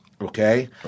Okay